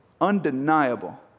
undeniable